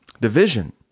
Division